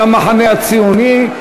של המחנה הציוני.